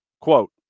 Quote